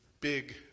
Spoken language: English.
big